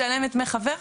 משלמת דמי חבר,